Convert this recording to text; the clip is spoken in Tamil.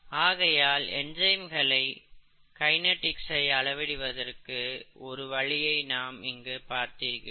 ஆகையால் என்சைம்களின் கைநெடிக்ஸ்ஐ அளவிடுவதற்கு ஒரு வழியை நாம் இங்கு பார்திருக்கிறோம்